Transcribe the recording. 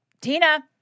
Tina